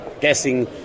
guessing